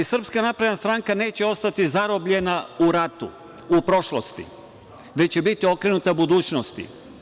Srpska napredna stranka neće ostati zarobljena u ratu, u prošlosti, već će biti okrenuta budućnosti.